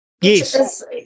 Yes